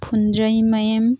ꯐꯨꯟꯗ꯭ꯔꯩꯃꯌꯨꯝ